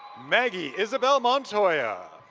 maggie isabel montoya.